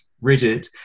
rigid